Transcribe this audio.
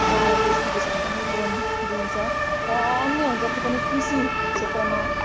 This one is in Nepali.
उहाँलाई त्यस विषयमा पनि लोन दिइन्छ र अन्य जति पनि कृषि क्षेत्रमा